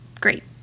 great